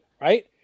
right